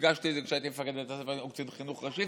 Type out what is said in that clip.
הדגשתי את זה כשהייתי מפקד בית הספר לקצינים או קצין חינוך ראשי.